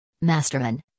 Masterman